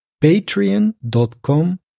patreon.com